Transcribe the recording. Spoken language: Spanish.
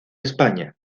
españa